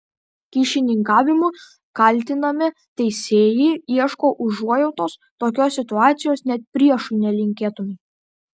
kyšininkavimu kaltinami teisėjai ieško užuojautos tokios situacijos net priešui nelinkėtumei